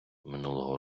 минулого